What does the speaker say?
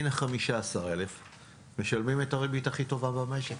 הנה, 15,000. משלמים את הריבית הכי טובה במשק.